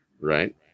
right